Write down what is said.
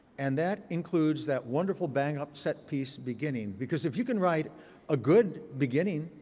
and that includes that wonderful bang-up set piece beginning. because if you can write a good beginning,